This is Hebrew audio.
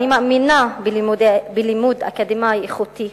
אני מאמינה בלימוד אקדמי איכותי,